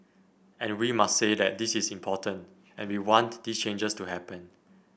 and we must say that this is important and we want these changes to happen